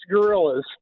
gorillas